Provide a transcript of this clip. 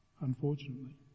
Unfortunately